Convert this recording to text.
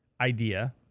idea